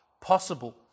possible